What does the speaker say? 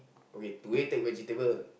okay to way take vegetable